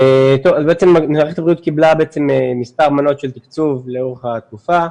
אז בעצם מערכת הבריאות קיבלה מספר מנות של תקצוב לאורך התקופה.